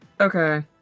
Okay